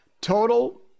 Total